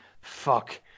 fuck